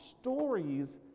Stories